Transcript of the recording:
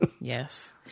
Yes